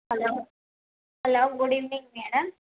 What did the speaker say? hello hello good evening madam